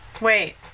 wait